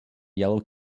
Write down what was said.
yellow